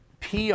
PR